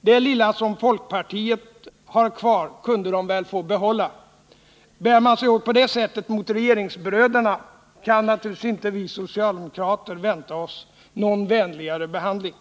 Det lilla som folkpartiet har kvar kunde de väl få behålla. Bär man sig åt på det sättet mot regeringsbröderna, kan naturligtvis inte vi socialdemokrater vänta oss någon vänligare behandling.